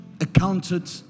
accounted